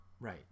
right